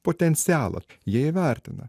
potencialą jie įvertina